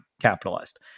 capitalized